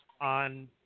on